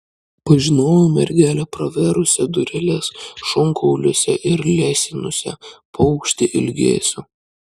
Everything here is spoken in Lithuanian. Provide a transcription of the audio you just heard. pažinojau mergelę pravėrusią dureles šonkauliuose ir lesinusią paukštį ilgesiu